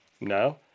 no